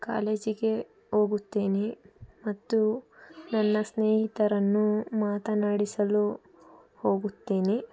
ಕಾಲೇಜಿಗೆ ಹೋಗುತ್ತೇನೆ ಮತ್ತು ನನ್ನ ಸ್ನೇಹಿತರನ್ನು ಮಾತನಾಡಿಸಲು ಹೋಗುತ್ತೇನೆ